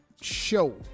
show